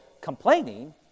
complaining